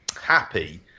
happy